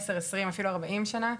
עשרים אפילו ארבעים שנה,